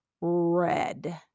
red